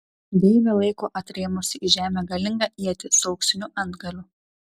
deivė laiko atrėmusi į žemę galingą ietį su auksiniu antgaliu